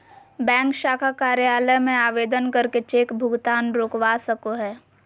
bank शाखा कार्यालय में आवेदन करके चेक भुगतान रोकवा सको हय